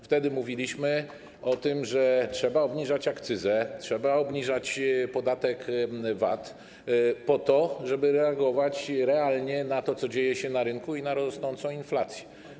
Wtedy mówiliśmy o tym, że trzeba obniżać akcyzę, trzeba obniżać podatek VAT, po to żeby reagować realnie na to, co dzieje się na rynku, i na rosnącą inflację.